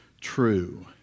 true